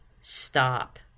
stop